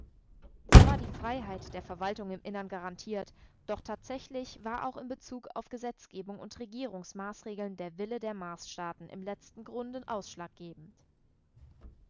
zwar war die freiheit der verwaltung im innern garantiert doch tatsächlich war auch in bezug auf gesetzgebung und regierungsmaßregeln der wille der marsstaaten im letzten grunde ausschlaggebend